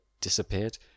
disappeared